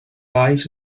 lies